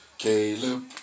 Caleb